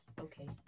Okay